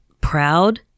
Proud